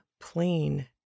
plain